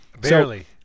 Barely